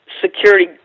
security